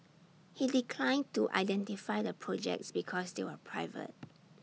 he declined to identify the projects because they were private